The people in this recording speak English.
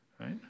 Right